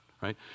right